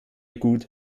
gut